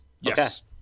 yes